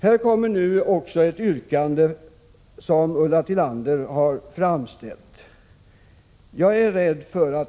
Här kommer också det yrkande som Ulla Tillander har framställt och lagt på riksdagens bord i dag.